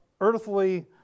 earthly